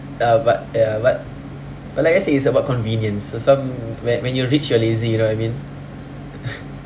uh but ya but but like I say it's about convenience so some when when you're rich you're lazy you know what I mean